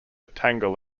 tangle